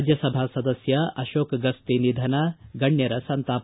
ರಾಜ್ನ ಸಭಾ ಸದಸ್ನ ಅಶೋಕ್ ಗಸ್ತಿ ನಿಧನ ಗಣ್ನರ ಸಂತಾಪ